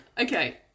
Okay